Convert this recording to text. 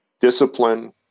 discipline